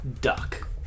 Duck